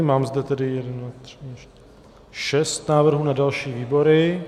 Mám zde tedy šest návrhů na další výbory.